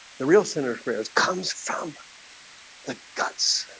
the real sinner prayers comes from the guts